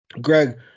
Greg